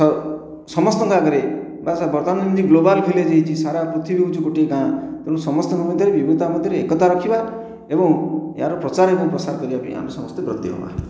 ସମସ୍ତଙ୍କ ଆଗରେ ବର୍ତ୍ତମାନ ଯେମିତି ଗ୍ଲୋବାଲ ଭିଲେଜ ହୋଇଛି ସାରା ପୃଥିବୀ ହେଉଛି ଗୋଟିଏ ଗାଁ ତେଣୁ ସମସ୍ତଙ୍କ ମଧ୍ୟରେ ବିଭିନ୍ନତା ମଧ୍ୟରେ ଏକତା ରଖିବା ଏବଂ ଏହାର ପ୍ରଚାର ଏବଂ ପ୍ରସାର କରିବା ପାଇଁ ଆମେ ସମସ୍ତେ ବ୍ରତୀ ହେବା